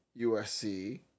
USC